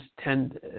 tend